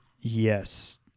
Yes